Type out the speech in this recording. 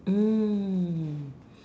mm